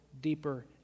deeper